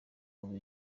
kuva